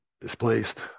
displaced